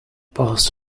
past